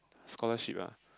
scholarship ah